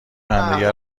همدیگه